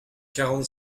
quarante